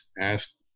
asked